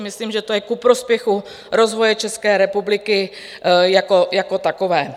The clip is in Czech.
Myslím, že to je ku prospěchu rozvoje České republiky jako takové.